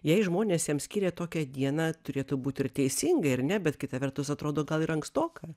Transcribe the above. jei žmonės jam skyrė tokią dieną turėtų būt ir teisingai ar ne bet kita vertus atrodo gal ir ankstoka